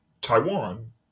Taiwan